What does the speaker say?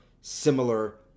similar